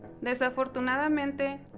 Desafortunadamente